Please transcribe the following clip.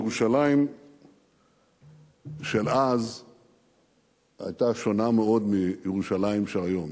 ירושלים של אז היתה שונה מאוד מירושלים של היום.